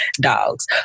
dogs